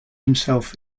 himself